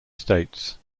states